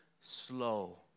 slow